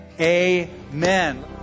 amen